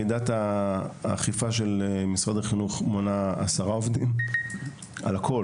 יחידת האכיפה של משרד החינוך מונה עשרה עובדים על הכול.